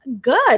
good